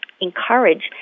encourage